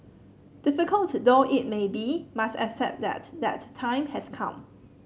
difficult though it may be must accept that that time has come